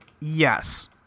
Yes